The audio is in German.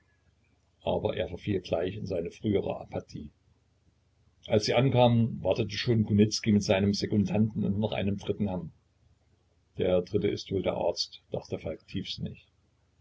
aber er verfiel gleich in seine frühere apathie als sie ankamen wartete schon kunicki mit seinem sekundanten und noch einem dritten herrn der dritte ist wohl der arzt dachte falk tiefsinnig